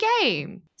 game